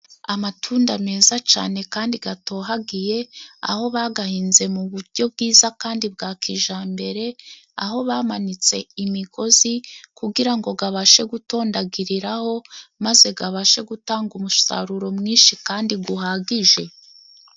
Amatunda meza cyane kandi gatohagiye, aho bagahinze mu buryo bwiza kandi bwa kijambere, aho bamanitse imigozi kugira ngo gabashe gutondagiriraho maze gabashe gutanga umusaruro mwinshi kandi guhagije.